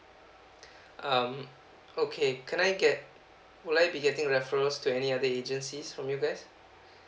um okay can I get would I be getting referrals to any other agencies from you guys